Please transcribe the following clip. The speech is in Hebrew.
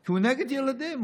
כי הוא נגד ילדים.